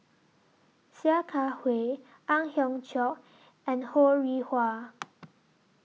Sia Kah Hui Ang Hiong Chiok and Ho Rih Hwa